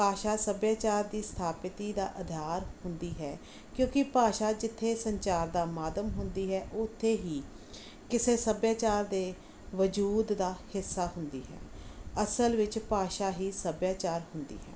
ਭਾਸ਼ਾ ਸੱਭਿਆਚਾਰ ਦੀ ਸਥਾਪਿਤੀ ਦਾ ਆਧਾਰ ਹੁੰਦੀ ਹੈ ਕਿਉਂਕਿ ਭਾਸ਼ਾ ਜਿੱਥੇ ਸੰਚਾਰ ਦਾ ਮਾਧਿਅਮ ਹੁੰਦੀ ਹੈ ਉੱਥੇ ਹੀ ਕਿਸੇ ਸੱਭਿਆਚਾਰ ਦੇ ਵਜੂਦ ਦਾ ਹਿੱਸਾ ਹੁੰਦੀ ਹੈ ਅਸਲ ਵਿੱਚ ਭਾਸ਼ਾ ਹੀ ਸੱਭਿਆਚਾਰ ਹੁੰਦੀ ਹੈ